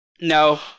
No